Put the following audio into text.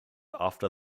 after